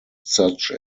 such